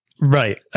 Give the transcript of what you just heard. right